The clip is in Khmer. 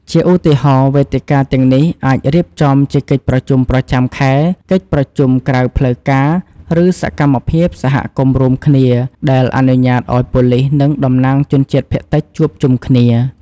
ជាឧទាហរណ៍ វេទិកាទាំងនេះអាចរៀបចំជាកិច្ចប្រជុំប្រចាំខែ កិច្ចប្រជុំក្រៅផ្លូវការ ឬសកម្មភាពសហគមន៍រួមគ្នា ដែលអនុញ្ញាតឲ្យប៉ូលិស និងតំណាងជនជាតិភាគតិចជួបជុំគ្នា។